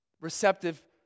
receptive